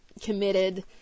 committed